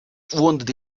wounded